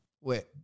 Wait